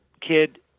kid